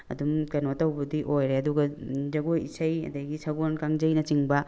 ꯑꯗꯨꯝ ꯀꯩꯅꯣ ꯇꯧꯕꯗꯤ ꯑꯣꯏꯔꯦ ꯑꯗꯨꯒ ꯖꯒꯣꯏ ꯏꯁꯩ ꯑꯗꯒꯤ ꯁꯒꯣꯜ ꯀꯥꯡꯖꯩꯅ ꯆꯤꯡꯕ